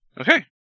Okay